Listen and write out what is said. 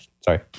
sorry